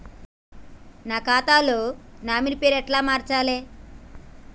నా ఖాతా లో నామినీ పేరు ఎట్ల మార్చాలే?